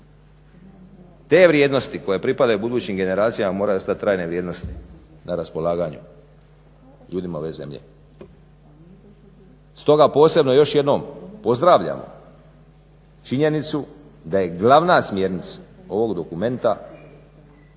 Te vrijednosti koje pripadaju budućim generacijama moraju ostati trajne vrijednosti na raspolaganju ljudima ove zemlje. Stoga posebno još jednom pozdravljam činjenicu da je glavna smjernica ovog dokumenta